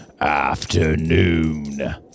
afternoon